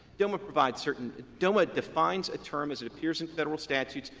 doma provides certain doma defines a term as it appears in federal statutes,